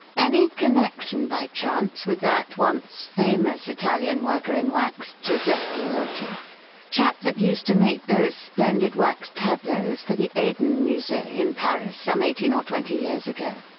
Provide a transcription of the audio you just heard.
any connection by chance with that once famous italian worker in wax, giuseppe loti chap that used to make those splendid wax tableaux for the eden musee in paris some eighteen or twenty years ago?